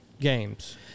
games